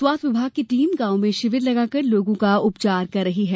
स्वास्थ्य विभाग की टीम गांव में शिविर लगाकर लोगों का उपचार कर रही है